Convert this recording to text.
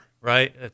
right